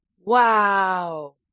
wow